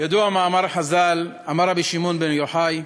ידוע מאמר חז"ל, אמר רבי שמעון בן יוחאי: